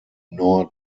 nor